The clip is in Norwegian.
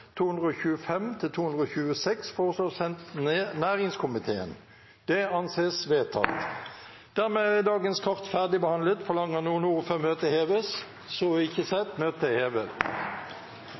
støtte til forslaget. Dermed er sakene på dagens kart ferdigbehandlet. Forlanger noen ordet før møtet heves? – Møtet er hevet.